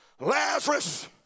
Lazarus